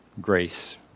grace